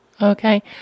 Okay